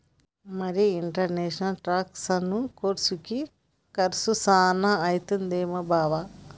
మరి ఇంటర్నేషనల్ టాక్సెసను కోర్సుకి కర్సు సాన అయితదేమో బావా